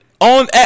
on